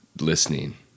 listening